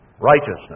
righteousness